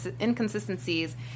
inconsistencies